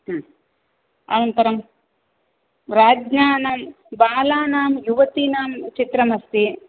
अनन्तरं राज्ञां बालानां युवतीनां चित्रमस्ति